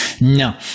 no